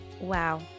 Wow